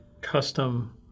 custom